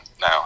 now